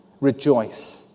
rejoice